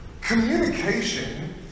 Communication